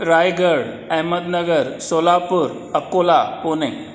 Raigad Ahmednagar Solapur Akola Pune